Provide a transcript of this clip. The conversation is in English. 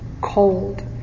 cold